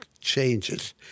changes